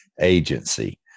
agency